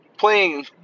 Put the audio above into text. Playing